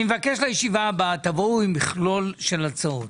אני מבקש לישיבה הבאה בואו עם מכלול של הצעות.